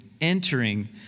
entering